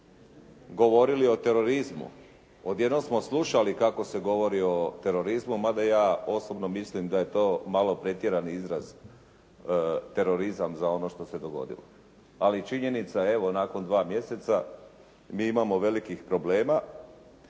govorili o terorizmu, odjednom smo slušali kako se govori o terorizmu, mada ja osobno mislim da je to malo pretjerani izraz terorizam za ono što se dogodilo. Ali činjenica evo nakon 2 mjeseca mi imamo velikih problema.